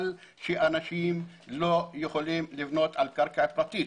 שאנשים לא יכולים לבנות על קרקע פרטית.